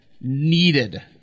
needed